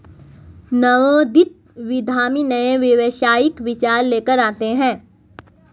नवोदित उद्यमी नए व्यावसायिक विचार लेकर आते हैं